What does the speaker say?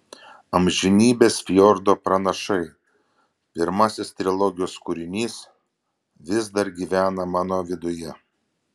amžinybės fjordo pranašai pirmasis trilogijos kūrinys vis dar gyvena mano viduje